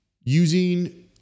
using